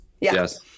Yes